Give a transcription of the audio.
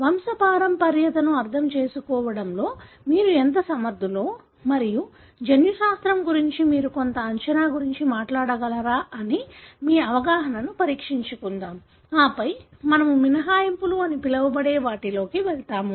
వంశపారంపర్యతను అర్థం చేసుకోవడంలో మీరు ఎంత సమర్థులో మరియు జన్యుశాస్త్రం గురించి మీరు కొంత అంచనా గురించి మాట్లాడగలరా అని మీ అవగాహన ను పరీక్షించుకుందాం ఆపై మనము మినహాయింపులు అని పిలవబడే వాటిలోకి వెళ్తాము